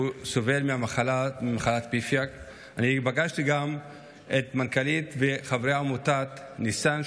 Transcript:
סובל ממחלת PFIC. אני פגשתי גם את המנכ"לית וחברי עמותת ניסאן,